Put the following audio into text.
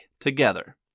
together